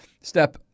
step